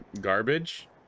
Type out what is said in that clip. garbage